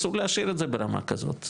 אסור להשאיר את זה ברמה כזאת,